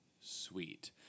sweet